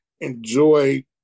enjoy